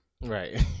Right